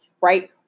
right